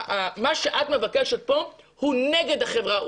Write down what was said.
מה שאת מבקשת פה הוא נגד החברה,